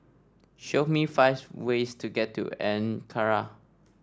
show me five ways to get to Ankara